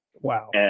wow